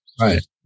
right